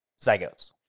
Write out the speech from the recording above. zygotes